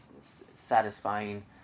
satisfying